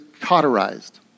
cauterized